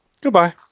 goodbye